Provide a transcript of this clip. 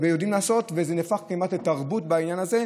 יודעים לעשות, וזה נהפך כמעט לתרבות בעניין הזה.